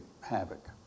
havoc